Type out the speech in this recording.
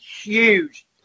huge